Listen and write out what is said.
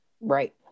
Right